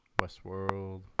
Westworld